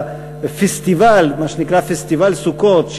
מה שנקרא פסטיבל סוכות,